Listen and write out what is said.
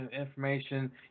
information